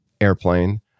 Airplane